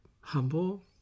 humble